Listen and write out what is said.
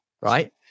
right